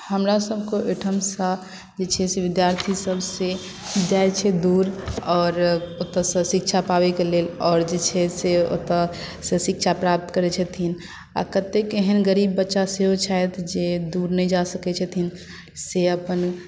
हमरा सबके ओहिठामसँ जे छै से विद्यार्थी सभ से जाइत छै दूर आओर ओतयसँ शिक्षा पाबयके लेल आओर जे छै से ओतयसँ शिक्षा प्राप्त करैत छथिन आ कतेक एहन गरीब बच्चा सेहो छथि जे दूर नहि जा सकैत छथिन से अपन